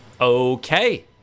Okay